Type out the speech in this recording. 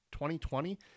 2020